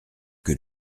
que